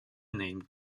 name